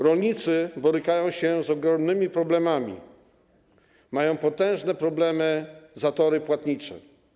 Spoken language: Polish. Rolnicy borykają się z ogromnymi problemami, mają potężne problemy, zatory płatnicze.